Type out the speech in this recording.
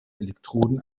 elektroden